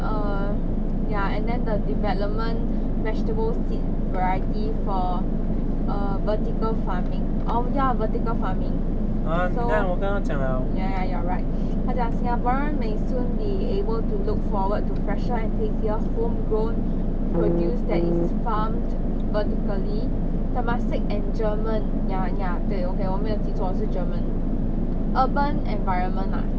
err ya and then the development vegetables seeds variety for err vertical farming oh ya vertical farming so ya ya you're right 他讲 singaporeans may soon be able to look forward to fresher and tastier homegrown produce that is farmed vertically temasek and german ya ya 对 okay 我没有记错是 german urban environment lah okay